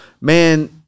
man